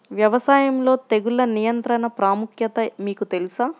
వ్యవసాయంలో తెగుళ్ల నియంత్రణ ప్రాముఖ్యత మీకు తెలుసా?